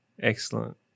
Excellent